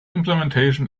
implementation